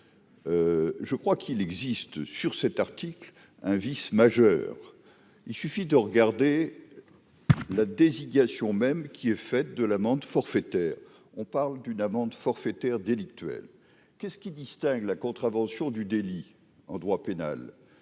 je crois qu'il existe sur cet article un vice majeur, il suffit de regarder la désignation même qui est fait de l'amende forfaitaire, on parle d'une amende forfaitaire délictuelle, qu'est ce qui distingue la contravention du délit en droit pénal,